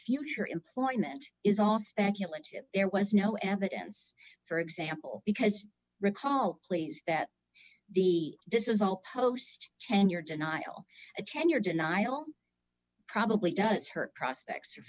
future employment is all speculative there was no evidence for example because recall please that the this is all post tenure denial of tenure denial probably does hurt prospects for